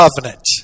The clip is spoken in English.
covenant